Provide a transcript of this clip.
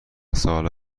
ساله